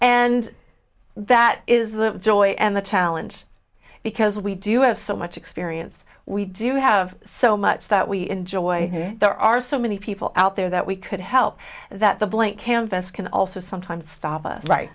and that is the joy and the challenge because we do have so much experience we do have so much that we enjoy there are so many people out there that we could help that the blank canvas can also sometimes stop us right